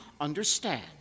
understand